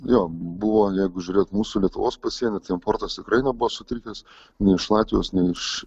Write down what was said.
jo buvo jeigu žiūrėt mūsų lietuvos pasieny tai importas tikrai nebuvo sutrikęs nei iš latvijos nei iš